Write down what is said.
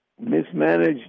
mismanaged